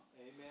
Amen